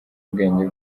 ubwenge